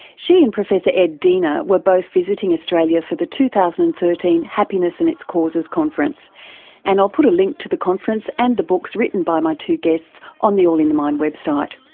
she and professor ed diener were both visiting australia for the two thousand and thirteen happiness and its causes conference and i'll put a link to the conference and the books written by my two guests on the all in the mind website.